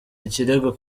ikirego